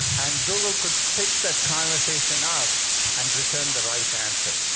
and google could pick that conversation up and return the right answer.